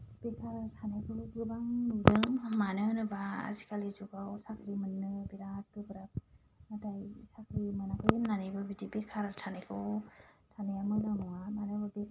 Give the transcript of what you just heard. बेखार थानायखौनो गोबां नुदों मानो होनोब्ला आजिखालि जुगाव साख्रि मोननो बिराद गोब्राब नाथाय साख्रि मोनाखै होननानैबो बिदि बेखार थानायखौ थानाया मोजां नङा मानोना बेखार